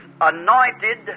anointed